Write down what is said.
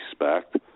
respect